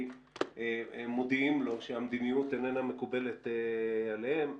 מודיעים לו שהמדיניות אינה מקובלת עליהם.